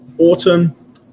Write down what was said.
Autumn